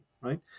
right